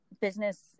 business